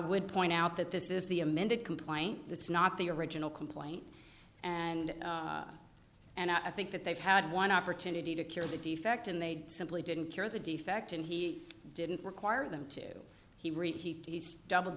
would point out that this is the amended complaint this is not the original complaint and and i think that they've had one opportunity to cure the defect and they simply didn't cure the defect and he didn't require them to he reached he's doubled